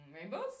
Rainbows